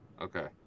Okay